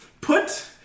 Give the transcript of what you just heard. Put